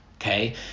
okay